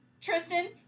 Tristan